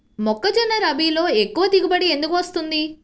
మొక్కజొన్న రబీలో ఎక్కువ దిగుబడి ఎందుకు వస్తుంది?